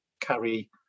carry